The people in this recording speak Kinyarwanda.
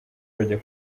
bajya